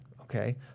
okay